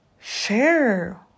share